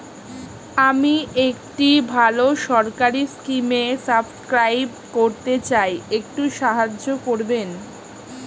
আমি একটি ভালো সরকারি স্কিমে সাব্সক্রাইব করতে চাই, একটু সাহায্য করবেন?